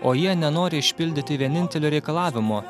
o jie nenori išpildyti vienintelio reikalavimo